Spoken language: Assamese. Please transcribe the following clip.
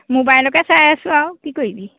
মোবাইলকে চাই আছোঁ আৰু কি কৰিবি